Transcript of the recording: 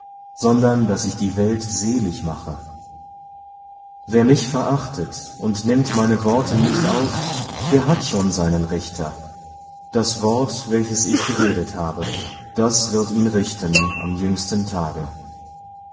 sondern daß ich die welt selig mache wer mich verachtet und nimmt meine worte nicht auf der hat schon seinen richter das wort welches ich geredet habe das wird ihn richten am jüngsten tage